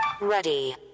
Ready